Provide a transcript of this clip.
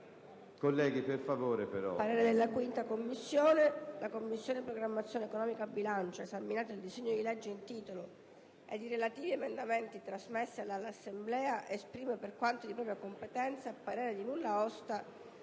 enti locali interessati». «La Commissione programmazione economica, bilancio, esaminato il disegno di legge in titolo ed i relativi emendamenti trasmessi dall'Assemblea, esprime, per quanto di propria competenza, parere di nulla osta